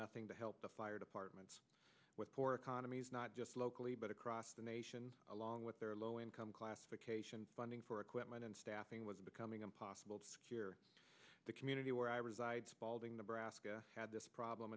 nothing to help the fire department with poor economies not just locally but across the nation along with their low income classification funding for equipment and staffing was becoming impossible to secure the community where i reside spalding the brassica had this problem